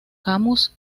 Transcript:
camus